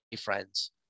friends